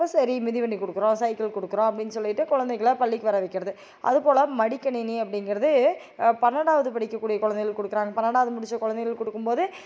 அப்போ சரி மிதிவண்டி கொடுக்குறோம் சைக்கிள் கொடுக்குறோம் அப்டின்னு சொல்லிட்டு கொழந்தைகள பள்ளிக்கு வர வைக்கிறது அதுபோல் மடிக்கணினி அப்படிங்கிறது பன்னெண்டாவது படிக்கக்கூடிய கொழந்தைகளுக்கு கொடுக்குறாங்க பன்னெண்டாவது முடித்த கொழந்தைகளுக்கு கொடுக்கும்போது